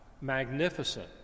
magnificent